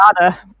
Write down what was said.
data